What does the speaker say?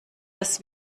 dass